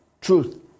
truth